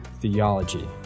theology